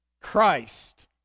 Christ